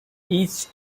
each